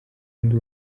ndi